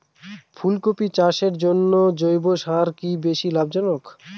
ফুলকপি চাষের জন্য জৈব সার কি বেশী লাভজনক?